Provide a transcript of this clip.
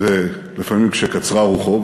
ולפעמים כשקצרה רוחו,